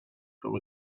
from